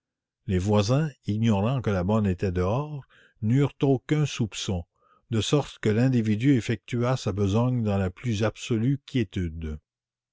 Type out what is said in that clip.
les voisins ignorant que la bonne était dehors n'eurent aucun soupçon de sorte que l'individu effectua sa besogne dans la plus absolue quiétude